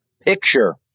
picture